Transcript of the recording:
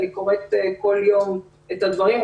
אני קוראת בכל כיום את הדברים.